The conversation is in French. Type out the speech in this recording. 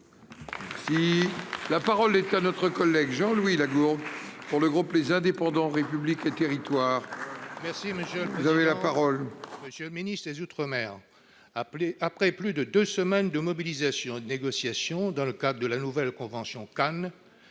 La parole est à M. Jean-Louis Lagourgue, pour le groupe Les Indépendants - République et Territoires. Monsieur le ministre des outre-mer, après plus de deux semaines de mobilisation et de négociation dans le cadre de la nouvelle convention « canne